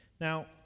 Now